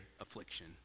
affliction